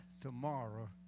tomorrow